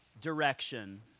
direction